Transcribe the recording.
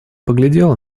поглядела